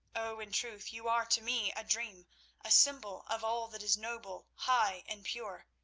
oh, in truth, you are to me a dream a symbol of all that is noble, high and pure.